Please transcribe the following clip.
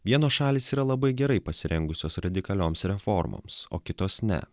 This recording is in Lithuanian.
vienos šalys yra labai gerai pasirengusios radikalioms reformoms o kitos ne